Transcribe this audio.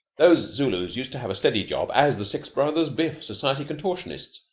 those zulus used to have a steady job as the six brothers biff, society contortionists.